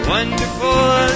Wonderful